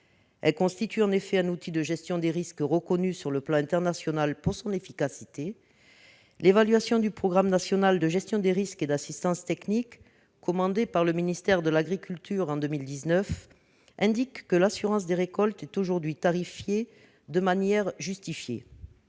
récolte constitue en effet un outil de gestion des risques reconnu sur le plan international pour son efficacité. L'évaluation du programme national de gestion des risques et d'assistance technique, commandée par le ministère de l'agriculture en 2019, permet d'affirmer que l'assurance récolte est aujourd'hui tarifée de manière justifiée.